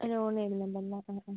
ലോണിടുന്നുണ്ടല്ലേ